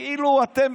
כאילו אתם